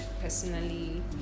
personally